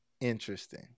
Interesting